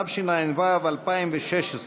תשע"ו 2016,